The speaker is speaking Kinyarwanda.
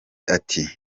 ati